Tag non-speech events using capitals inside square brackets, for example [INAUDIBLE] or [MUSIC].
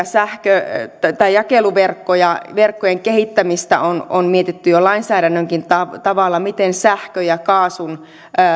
[UNINTELLIGIBLE] sähkö tai tai jakeluverkkojen kehittämistä on on mietitty jo lainsäädännönkin tavalla tavalla miten sähkön ja kaasun